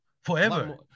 forever